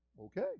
Okay